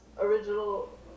original